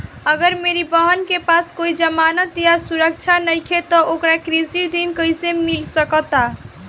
अगर मेरी बहन के पास कोई जमानत या सुरक्षा नईखे त ओकरा कृषि ऋण कईसे मिल सकता?